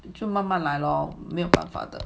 就慢慢来 loh 没有办法的